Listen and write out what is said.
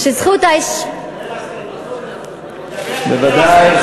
אין אף חבר כנסת, בוודאי.